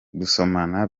gusomana